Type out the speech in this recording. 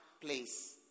place